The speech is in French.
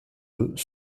eux